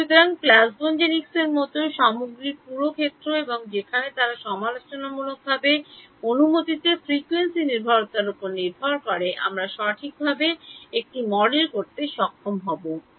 সুতরাং প্লাজমোনিকসের মতো সামগ্রীর পুরো ক্ষেত্র এবং যেখানে তারা সমালোচনামূলকভাবে অনুমতিের ফ্রিকোয়েন্সি নির্ভরতার উপর নির্ভর করে আমাদের সঠিকভাবে এটি মডেল করতে সক্ষম হওয়া দরকার